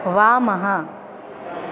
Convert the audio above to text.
वामः